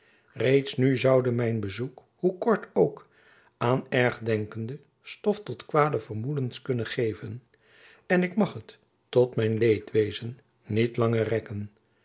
reeds nu zoude mijn bezoek hoe kort ook aan ergdenkenden stof tot kwade vermoedens kunnen geven en ik mag het tot mijn leedwezen niet langer rekken